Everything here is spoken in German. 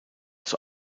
zur